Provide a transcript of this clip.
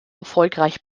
erfolgreich